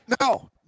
No